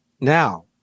now